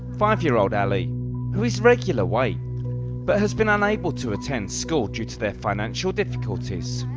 five year old ali who is regular weight but has been unable to attend school due to their financial difficulties.